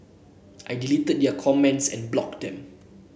I deleted their comments and blocked them